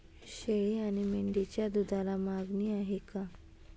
शेळी आणि मेंढीच्या दूधाला मागणी आहे का?